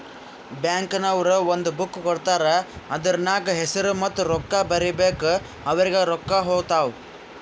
bank ನವ್ರು ಒಂದ್ book ಕೊಡ್ತಾರ್ ಅದೂರ್ನಗ್ ಹೆಸುರ ಮತ್ತ ರೊಕ್ಕಾ ಬರೀಬೇಕು ಅವ್ರಿಗೆ ರೊಕ್ಕಾ ಹೊತ್ತಾವ್